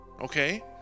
Okay